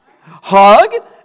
Hug